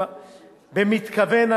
במתכוון,